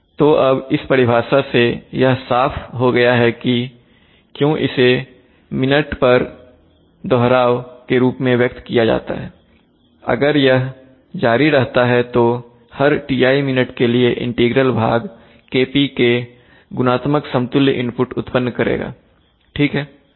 तो अब इस परिभाषा से यह साफ हो गया है कि क्यों इसे मिनट दोहराव minuterepeat के रूप में व्यक्त किया जाता है अगर यह जारी रहता है तो हर Ti मिनट के लिए इंटीग्रल भाग Kp के गुणात्मक समतुल्य इनपुट उत्पन्न करेगा ठीक है